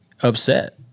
upset